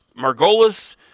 Margolis